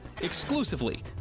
exclusively